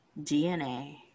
DNA